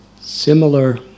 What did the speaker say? Similar